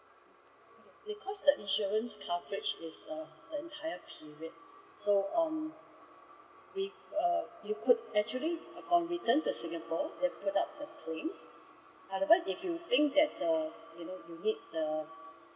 because the insurance coverage is a entire period so um we uh we could actually upon return the singapore that put up the claim however if you think that uh you know you need the